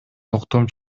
токтом